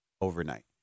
overnight